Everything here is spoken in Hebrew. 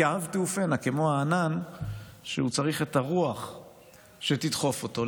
או "כעב תעופינה" כמו הענן שצריך את הרוח שתדחוף אותו.